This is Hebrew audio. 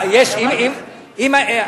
אני אמרתי את זה.